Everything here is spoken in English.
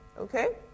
okay